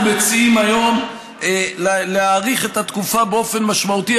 אנחנו מציעים היום להאריך את התקופה באופן משמעותי.